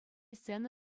сцена